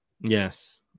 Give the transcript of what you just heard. Yes